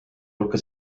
hulka